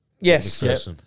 Yes